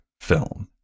film